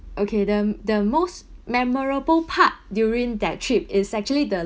okay the the most memorable part during that trip is actually the